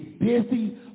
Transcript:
busy